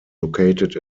located